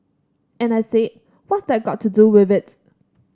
and I said what's that got to do with it